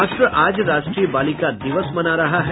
और राष्ट्र आज राष्ट्रीय बालिका दिवस मना रहा है